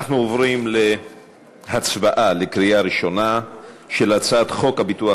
אנחנו עוברים להצבעה בקריאה ראשונה על הצעת חוק הביטוח